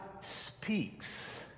speaks